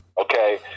okay